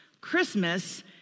Christmas